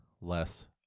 less